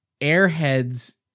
Airheads